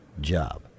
job